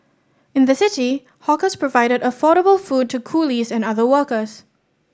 in the city hawkers provided affordable food to coolies and other workers